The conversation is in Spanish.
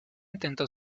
intentó